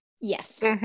Yes